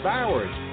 Bowers